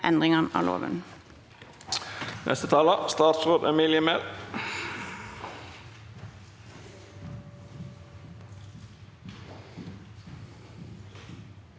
endringene av loven.